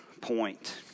point